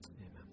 Amen